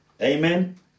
Amen